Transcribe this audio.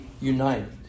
united